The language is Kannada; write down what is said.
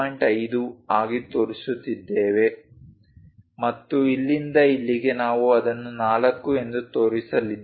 5 ಆಗಿ ತೋರಿಸುತ್ತಿದ್ದೇವೆ ಮತ್ತು ಇಲ್ಲಿಂದ ಇಲ್ಲಿಗೆ ನಾವು ಇದನ್ನು 4 ಎಂದು ತೋರಿಸಲಿದ್ದೇವೆ